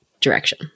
direction